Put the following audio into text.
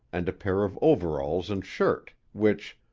and a pair of overalls and shirt, which,